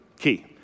key